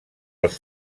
els